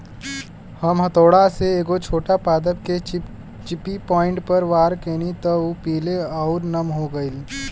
हम हथौड़ा से एगो छोट पादप के चिपचिपी पॉइंट पर वार कैनी त उ पीले आउर नम हो गईल